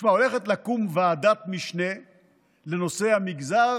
תשמע, הולכת לקום ועדת משנה בנושא המגזר